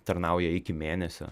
tarnauja iki mėnesio